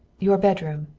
your bedroom,